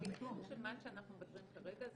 הוויכוח על מה שאנחנו מדברים כרגע,